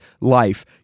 life